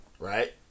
Right